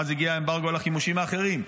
ואז הגיע אמברגו על החימושים האחרים.